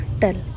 tell